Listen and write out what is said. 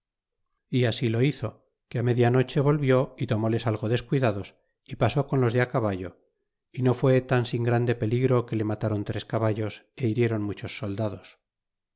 é así lo hizo que media noche volvió y tomóles algo descuidados y pasó con los de caballo y no fué tan sin grande peligro que le matron tres caballos é hiriéron muchos soldados